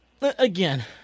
again